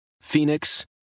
Phoenix